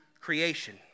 creation